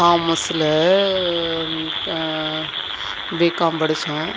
காமர்ஸ்ஸுல BCom படித்தோம்